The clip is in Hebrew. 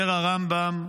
אומר הרמב"ם: